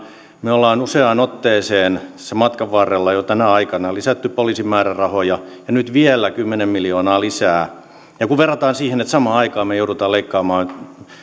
me olemme useaan otteeseen tässä matkan varrella jo tänä aikana lisänneet poliisin määrärahoja ja nyt vielä kymmenen miljoonaa lisää kun verrataan siihen että samaan aikaan me joudumme leikkaamaan